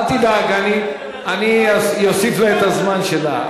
אל תדאג, אני אוסיף לה את הזמן שלה.